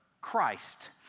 Christ